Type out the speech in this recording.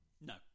No